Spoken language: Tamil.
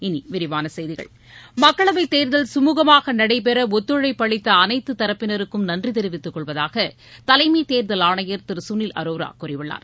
இனி விரிவான செய்திகள் மக்களவைத் தேர்தல் சுமூகமாக நடைபெற ஒத்துழைப்பு அளித்த அளைத்துத் தரப்பினருக்கும் நன்றி தெரிவித்துக் கொள்வதாக தலைமை தேர்தல் ஆணையர் திரு சுனில் அரோரா கூறியுள்ளார்